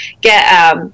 get